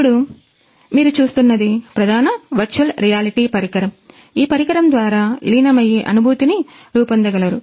ఇప్పుడు మీరు చూస్తున్నది ప్రధాన వర్చువల్ రియాలిటీ పరికరం ఈ పరికరం ద్వారా లీనమయ్యే అనుభూతిని రూపొందగలరు